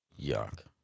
Yuck